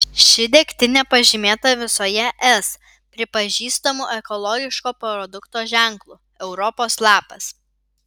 ši degtinė pažymėta visoje es pripažįstamu ekologiško produkto ženklu europos lapas